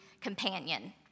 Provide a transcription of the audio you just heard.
companion